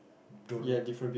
don't